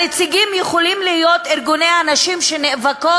הנציגים יכולים להיות ארגוני הנשים שנאבקים